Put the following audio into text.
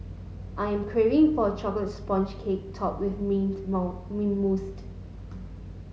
I am craving for a chocolate sponge cake topped with mint mint